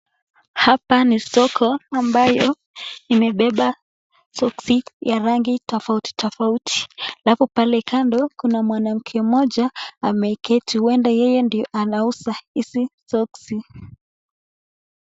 Hapa ni soko ambayo imebeba soksi ya rangi tofauti tofauti alafu pale kando kuna mwanamke mmoja ameketi huenda yeye ndiye anauza hizi soksi.